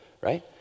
right